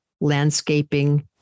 landscaping